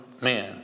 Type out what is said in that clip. men